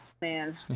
man